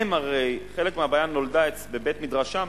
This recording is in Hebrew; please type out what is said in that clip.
חלק מהבעיה נולדה בבית-מדרשם,